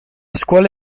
scuola